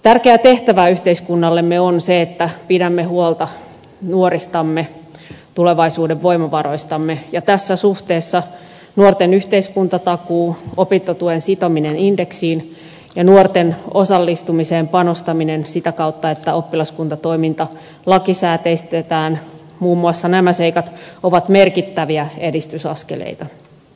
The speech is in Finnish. tärkeä tehtävä yhteiskunnallemme on se että pidämme huolta nuoristamme tulevaisuuden voimavaroistamme ja tässä suhteessa muun muassa nuorten yhteiskuntatakuu opintotuen sitominen indeksiin ja nuorten osallistumiseen panostaminen sitä kautta että oppilaskuntatoiminta lakisääteistetään ovat merkittäviä edistysaskeleita